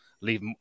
Leave